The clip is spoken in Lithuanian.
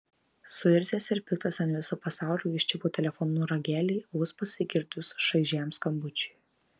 suirzęs ir piktas ant viso pasaulio jis čiupo telefono ragelį vos pasigirdus šaižiam skambučiui